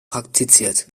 praktiziert